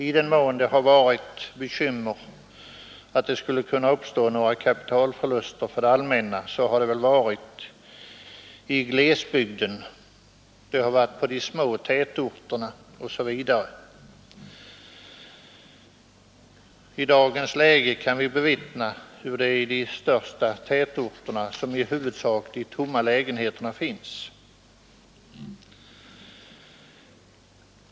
I den mån det har varit bekymmer för att det skulle kunna uppstå några kapitalförluster för det allmänna har det väl gällt glesbygden och de små tätorterna. I dagens läge kan vi bevittna hur det i huvudsak är i de största tätorterna som de tomma lägenheterna finns.